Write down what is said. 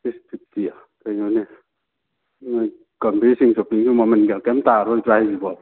six ꯐꯤꯞꯇꯤ ꯀꯩꯅꯣꯅꯦ ꯎꯝ ꯒꯝꯕꯤꯔ ꯁꯤꯡ ꯁꯣꯄꯤꯡꯁꯦ ꯃꯃꯜꯒ ꯀꯩꯝꯇ ꯇꯥꯔꯔꯣꯏꯗ꯭ꯔꯥ ꯍꯥꯏꯁꯤꯕꯣ